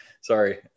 Sorry